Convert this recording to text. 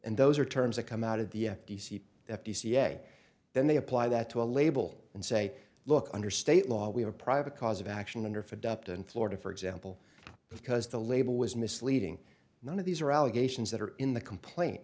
and those are terms that come out of the f t c f t c day then they apply that to a label and say look under state law we are private cause of action under fedup in florida for example because the label was misleading none of these are allegations that are in the complaint